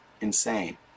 insane